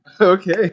okay